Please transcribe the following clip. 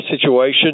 situation